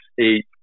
eight